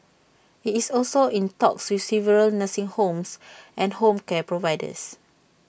IT is also in talks with several nursing homes and home care providers